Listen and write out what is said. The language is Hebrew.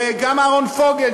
גם אהרן פוגל,